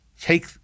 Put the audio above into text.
take